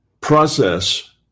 process